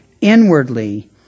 inwardly